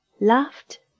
laughed